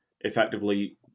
effectively